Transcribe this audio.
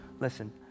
listen